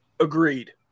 Agreed